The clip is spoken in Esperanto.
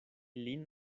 lin